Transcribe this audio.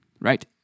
right